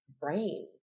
brain